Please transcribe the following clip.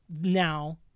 now